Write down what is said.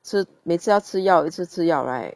吃每次要吃药吃吃药 right